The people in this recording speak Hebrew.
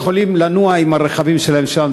להשוות את משפחת הרוצחים למשפחת הנרצחים.